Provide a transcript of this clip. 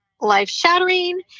life-shattering